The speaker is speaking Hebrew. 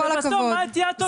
ובסוף מה תהיה התוצאה,